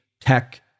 tech